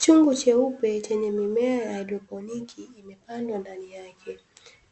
Chungu cheupe chenye mimea ya haidroponi imepandwa ndani yake.